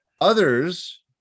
others